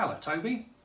Toby